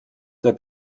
der